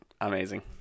Amazing